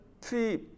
three